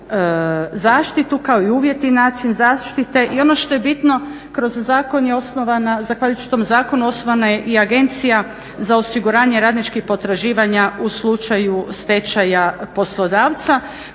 zaštitu kao i uvjeti i način zaštite. I ono što je bitno kroz zakon je osnovana, zahvaljujući tom zakonu osnovana je i Agencija za osiguranje radničkih potraživanja u slučaju stečaja poslodavca